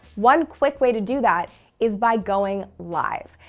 one quick way to do that is by going live.